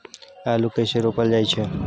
आलू कइसे रोपल जाय छै?